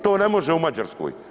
To ne može u Mađarskoj.